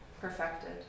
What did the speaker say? perfected